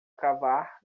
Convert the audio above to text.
cavar